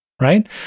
right